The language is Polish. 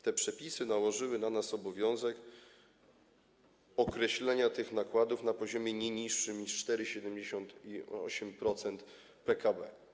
Te przepisy nałożyły na nas obowiązek określenia tych nakładów na poziomie nie niższym niż 4,78% PKB.